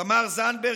תמר זנדברג,